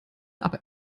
aber